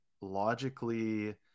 logically